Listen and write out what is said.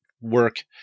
work